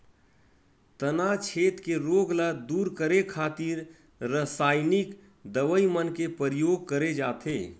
तनाछेद के रोग ल दूर करे खातिर रसाइनिक दवई मन के परियोग करे जाथे